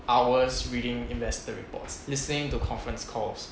hours reading investor reports listening to conference calls